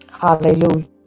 Hallelujah